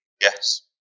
Yes